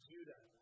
Judah